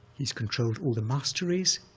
he's controlled all the masteries,